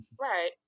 Right